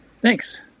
Thanks